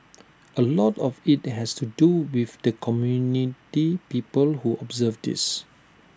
A lot of IT has to do with the community people who observe this